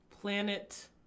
Planet